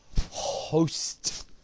host